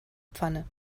pfanne